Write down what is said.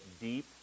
deep